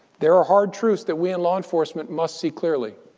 there are hard truths that we, in law enforcement, must see clearly.